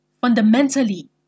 fundamentally